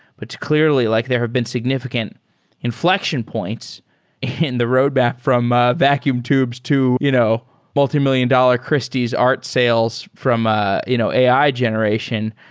but clearly like there have been significant inflection points in the roadmap from ah vacuum tubes to you know multimillion dollar christie's art sales from ah you know ai generation.